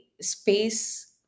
space